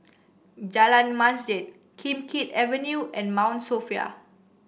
Jalan Masjid Kim Keat Avenue and Mount Sophia